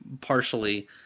partially